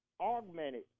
augmented